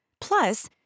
Plus